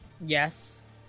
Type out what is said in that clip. Yes